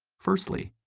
firstly,